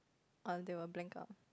on they were bankrupt